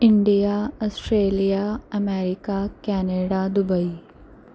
India Australia America Canada Dubai